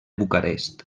bucarest